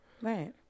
Right